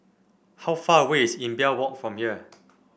how far away is Imbiah Walk from here